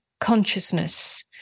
consciousness